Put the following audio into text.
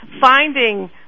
finding